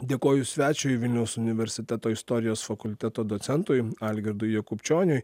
dėkoju svečiui vilniaus universiteto istorijos fakulteto docentui algirdui jakubčioniui